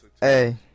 Hey